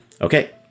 Okay